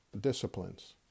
disciplines